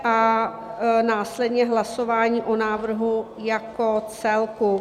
A následně hlasování o návrhu jako celku.